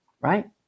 right